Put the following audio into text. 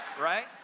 right